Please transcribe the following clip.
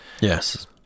Yes